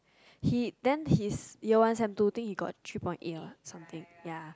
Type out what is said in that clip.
he the his year one sem two think he got three point eight or something ya